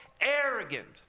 arrogant